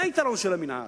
זה היתרון של המינהל.